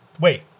Wait